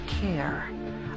care